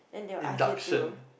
induction